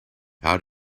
out